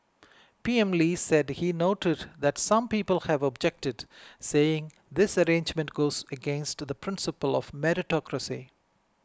P M Lee said he noted that some people have objected saying this arrangement goes against the principle of meritocracy